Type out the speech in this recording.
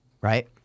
right